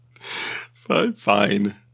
Fine